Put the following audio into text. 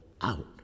out